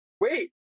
wait